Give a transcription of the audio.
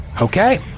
Okay